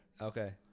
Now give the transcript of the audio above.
Okay